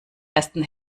ersten